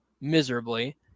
miserably